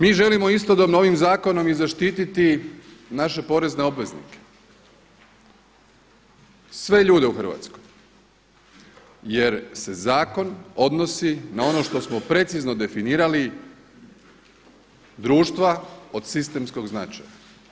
Mi želimo istodobno ovim zakonom i zaštititi naše porezne obveznike, sve ljude u Hrvatskoj jer se zakon odnosi na ono što smo precizno definirali društva od sistemskog značaja.